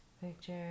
Picture